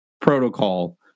protocol